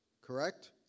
correct